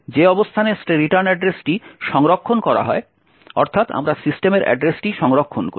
যে অবস্থানে রিটার্ন অ্যাড্রেসটি সংরক্ষণ করা হয় অর্থাৎ আমরা সিস্টেমের অ্যাড্রেসটি সংরক্ষণ করি